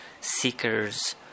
seekers